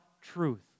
truth